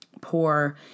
poor